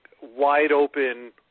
wide-open